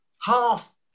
half